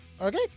Okay